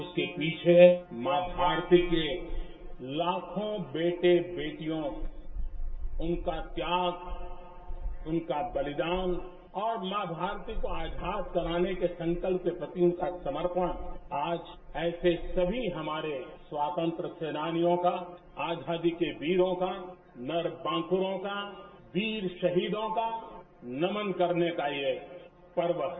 उसके पीछे मां भारती के लाखों बेटे बेटियों उनका त्याग उनका बलिदान और मां भारती को आभार कराने के संकल्प के प्रति उनका समर्पण आज ऐसे सभी हमारे स्वतंत्रता सेनानियों का आजादी के वीरों का स्णवांकुरों का वीर शहीदों का नमन करने का ये पर्व है